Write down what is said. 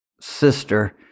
sister